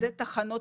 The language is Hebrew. בתחנות,